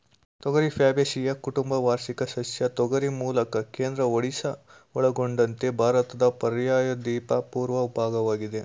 ತೊಗರಿ ಫ್ಯಾಬೇಸಿಯಿ ಕುಟುಂಬದ ವಾರ್ಷಿಕ ಸಸ್ಯ ತೊಗರಿ ಮೂಲ ಕೇಂದ್ರ ಒಡಿಶಾ ಒಳಗೊಂಡಂತೆ ಭಾರತದ ಪರ್ಯಾಯದ್ವೀಪದ ಪೂರ್ವ ಭಾಗವಾಗಿದೆ